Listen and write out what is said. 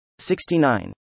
69